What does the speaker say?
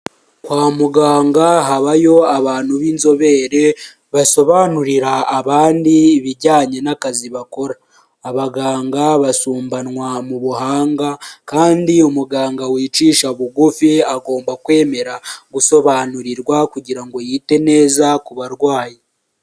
Kwa muganga habayo abantu b'inzobere basobanurira abandi ibijyanye n'akazi bakora, abaganga basumbanwa mu buhanga kandi umuganga wicisha bugufi agomba kwemera gusobanurirwa kugira ngo yite neza ku barwayi.